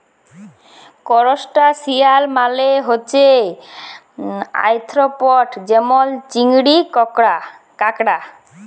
করসটাশিয়াল মালে হছে আর্থ্রপড যেমল চিংড়ি, কাঁকড়া